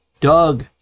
Doug